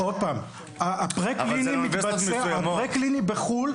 הפרה-קלינית מתבצע בחו"ל,